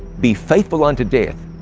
be faithful unto death,